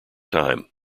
time